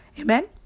Amen